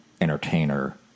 entertainer